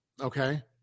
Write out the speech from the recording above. Okay